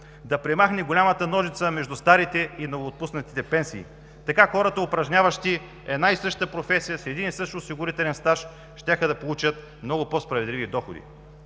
да премахне голямата ножица между старите и новоотпуснатите пенсии. Така хората, упражняващи една и съща професия, с един и същ осигурителен стаж щяха да получат много по-справедливи доходи.